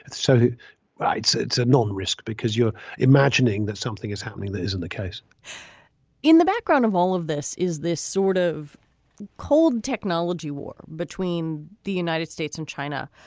it's so it's a non risk because you're imagining that something is happening that isn't the case in the background of all of this. is this sort of cold technology war between the united states and china?